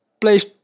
place